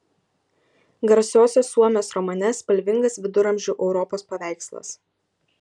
garsiosios suomės romane spalvingas viduramžių europos paveikslas